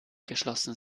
geschlossen